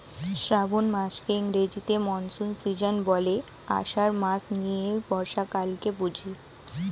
শ্রাবন মাসকে ইংরেজিতে monsoon season বলে, আষাঢ় মাস নিয়ে বর্ষাকালকে বুঝি